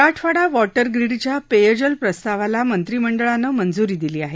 Marathwada water ग्रीडच्या पेयजल प्रस्तावाला मंत्रिमंडळानं मंजुरी दिली आहे